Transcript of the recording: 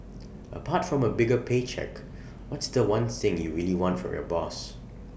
apart from A bigger pay cheque what's The One thing you really want from your boss